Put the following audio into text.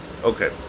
Okay